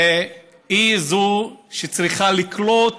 והיא זו שצריכה לקלוט